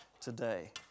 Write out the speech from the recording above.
today